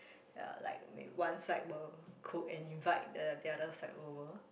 ye like maybe one side will cook and invite the other side over